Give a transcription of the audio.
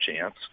chance